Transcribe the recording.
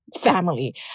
family